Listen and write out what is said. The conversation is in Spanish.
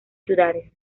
ciudades